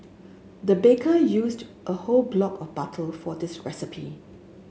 the baker used a whole block of butter for this recipe